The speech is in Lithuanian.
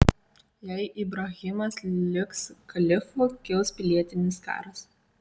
jei ibrahimas liks kalifu kils pilietinis karas